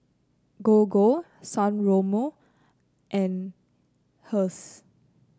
Gogo San Remo and Heinz